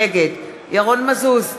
נגד ירון מזוז,